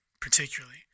particularly